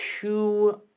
two